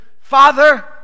Father